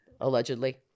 Allegedly